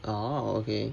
oh okay